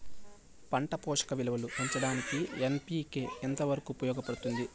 పంట పోషక విలువలు పెంచడానికి ఎన్.పి.కె ఎంత వరకు ఉపయోగపడుతుంది